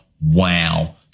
wow